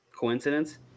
Coincidence